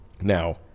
Now